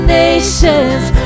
nations